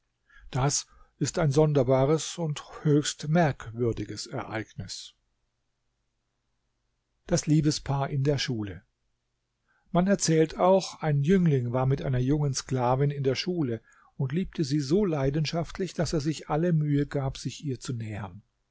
das ist ein sonderbares und höchst merkwürdiges ereignis das liebespaar in der schule man erzählt auch ein jüngling war mit einer jungen sklavin in der schule und liebte sie so leidenschaftlich daß er sich alle mühe gab sich ihr zu nähern